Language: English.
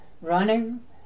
running